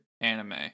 anime